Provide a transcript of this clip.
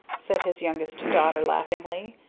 said his youngest daughter laughingly.